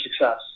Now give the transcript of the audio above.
success